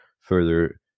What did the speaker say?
further